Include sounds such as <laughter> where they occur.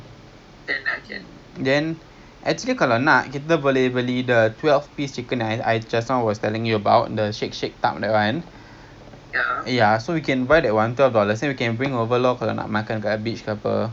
so I can just <noise> ah so can ya ya so segway I think interesting lah cause one hour dia bawa orang kita jauh-jauh semua